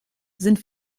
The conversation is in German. sind